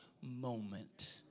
moment